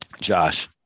Josh